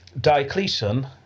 Diocletian